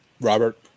Robert